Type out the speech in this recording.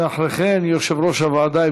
ואחרי כן יושב-ראש הוועדה,